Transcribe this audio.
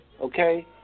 okay